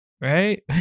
Right